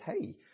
Hey